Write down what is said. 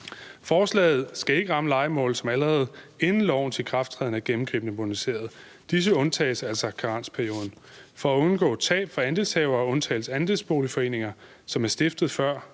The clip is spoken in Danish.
Forslaget skal ikke ramme lejemål, som allerede inden lovens ikrafttræden er gennemgribende moderniseret. Disse undtages af karensperioden. For at undgå tab for andelshavere undtages andelsboligforeninger, som er stiftet før